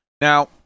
Now